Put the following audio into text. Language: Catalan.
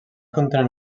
contenen